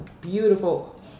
beautiful